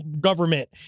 government